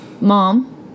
Mom